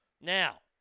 Now